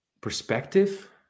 perspective